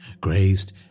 grazed